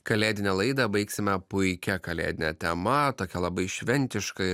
kalėdinę laidą baigsime puikia kalėdine tema tokia labai šventiška